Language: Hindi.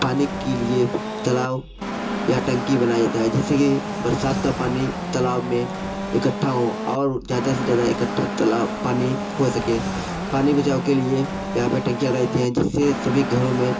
पानी के लिए तालाब या टंकी बनाया जाता है जिससे कि बरसात का पानी तालाब में इकट्ठा हो और ज़्यादा से ज़्यादा इकट्ठा तालाब पानी हो सके पानी बचाव के लिए यहाँ पर टंकी ज़्यादा रहती है जिससे सभी घरों में